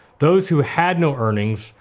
those who had no earnings,